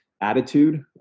attitude